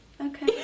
Okay